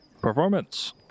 Performance